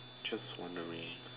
just wondering